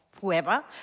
whoever